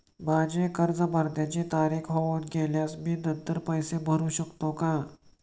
माझे कर्ज भरण्याची तारीख होऊन गेल्यास मी नंतर पैसे भरू शकतो का?